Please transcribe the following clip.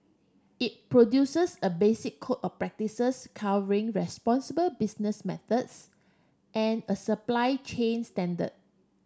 it produces a basic code of practices covering responsible business methods and a supply chain standard